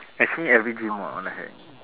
actually every dream what what the heck